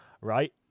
right